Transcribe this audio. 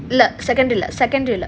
இல்ல:illa secondary lah secondary lah